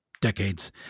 decades